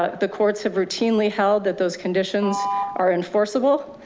ah the courts have routinely held that those conditions are enforceable.